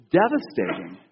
devastating